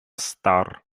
стар